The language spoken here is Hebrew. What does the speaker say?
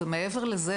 ומעבר לזה,